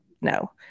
no